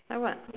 then what